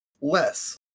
less